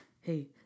Hey